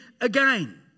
again